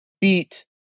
beat